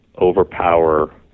overpower